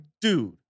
dude